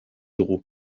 dugu